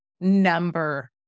number